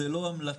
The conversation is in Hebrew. זה לא המלצה,